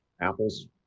Apple's